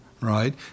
right